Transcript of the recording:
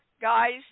guys